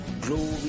glory